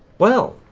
well,